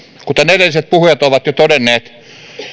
kuten edelliset puhujat ovat jo todenneet